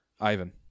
Ivan